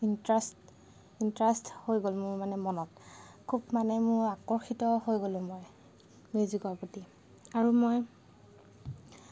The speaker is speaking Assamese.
ইণ্টাৰেষ্ট ইণ্টাৰেষ্ট হৈ গ'ল মোৰ মানে মনত খুব মানে মোৰ আকৰ্ষিত হৈ গ'লোঁ মই মিউজিকৰ প্ৰতি আৰু মই